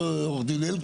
עורך דין אלקין?